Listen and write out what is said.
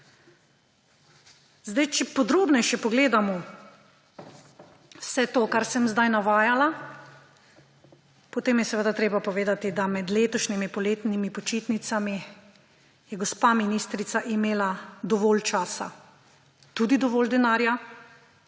Zdaj, če podrobneje pogledamo vse to, kar sem zdaj navajala, potem je seveda treba povedati, da med letošnjimi poletnimi počitnicami je gospa ministrica imela dovolj časa, tudi dovolj denarja